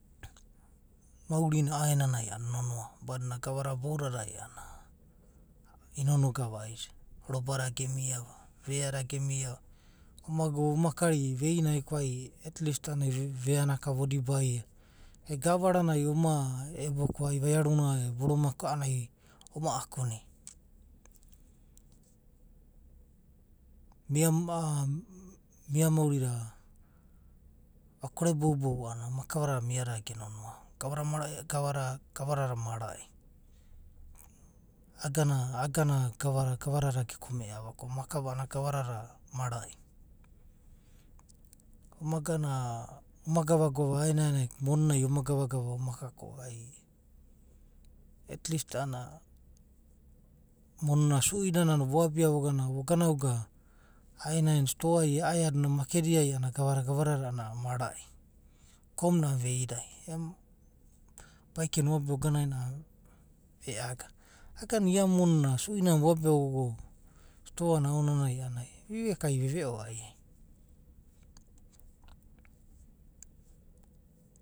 Mausi na a’aenanai a’anana nonoa badi nana gava da beu dadai a’anana inonga vaisi. Roba da gemi ava, vea de gemiava. Ova gana ova kasi veinai ko a’anana ai vea na ka vo dibaia, e, gavera nai ova ebo vaiaru e boroma ka ovo akunia. Ia, ia mauri da vokore bo’bou a’anana, makava dada via dada genonoa va. Gava da, gava dada marai, iagana, iagana a’anana gava da gava dada ge kevea va, makava anana gava dada marai. Ova gana, ova gava gava genai ko, moni nai ova gava ova kako ai atlist a’anana moni na suinana no voabia vogana. vogna uga aenaina stoa ai e makedi ai a’anana gava da gava dada marai, uko muna vei dai, baekena voabia voganaina a’anana ve’age. Iagana ia moni na sui nana vo abia vogana, stoa na aonanai a’anana ai viueka ai ve’veo ai’ai.